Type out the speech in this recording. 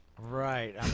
Right